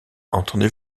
entendez